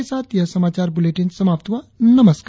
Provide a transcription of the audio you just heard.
इसी के साथ यह समाचार बुलेटिन समाप्त हुआ नमस्कार